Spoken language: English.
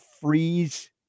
freeze